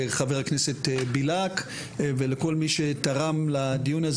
לחבר הכנסת בליאק ולכל מי שתרם לדיון.